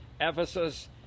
ephesus